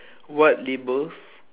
what labels